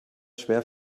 schwer